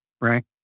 Right